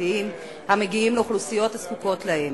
החברתיים המגיעים לאוכלוסיות הזקוקות להם.